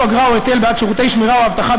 אגרה או היטל בעד שירותי שמירה או אבטחה,